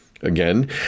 Again